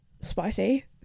spicy